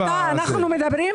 באופן מהותי,